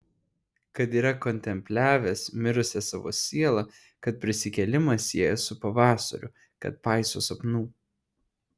kad yra kontempliavęs mirusią savo sielą kad prisikėlimą sieja su pavasariu kad paiso sapnų